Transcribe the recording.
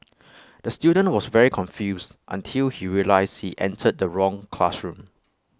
the student was very confused until he realised he entered the wrong classroom